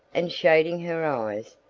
and shading her eyes,